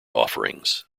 offerings